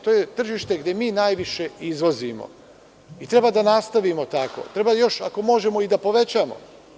To je tržište gde mi najviše izvozimo i treba da nastavimo tako, treba, ako možemo, još i da povećamo.